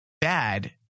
bad